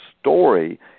story